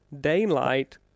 daylight